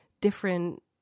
different